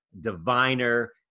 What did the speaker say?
diviner